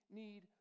need